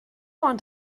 ond